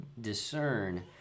discern